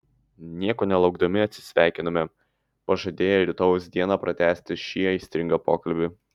nieko nelaukdami atsisveikinome pažadėję rytojaus dieną pratęsti šį aistringą pokalbį